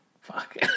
Fuck